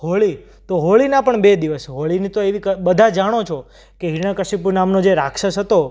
હોળી તો હોળીના પણ બે દિવસ હોળીની તો એવી બધા જાણો છો કે હિરણ્યકશિપું નામનો જે રાક્ષસ હતો